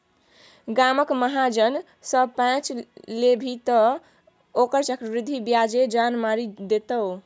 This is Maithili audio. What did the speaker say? गामक महाजन सँ पैंच लेभी तँ ओकर चक्रवृद्धि ब्याजे जान मारि देतौ